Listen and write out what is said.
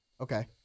Okay